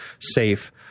safe